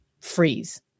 freeze